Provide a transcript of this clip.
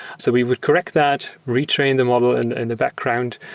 so we would correct that, retrain the model and in the background.